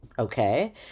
Okay